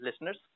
listeners